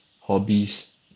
hobbies